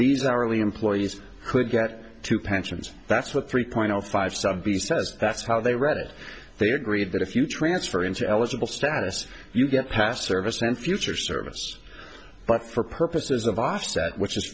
these hourly employees could get two pensions that's what three point zero five somebody says that's how they read it they agreed that if you transfer into eligible status you get past service in future service but for purposes of asset which is